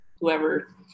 whoever